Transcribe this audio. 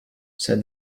said